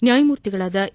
ನ್ಯಾಯಮೂರ್ತಿಗಳಾದ ಎ